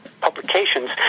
publications